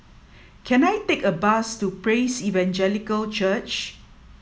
can I take a bus to Praise Evangelical Church